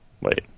wait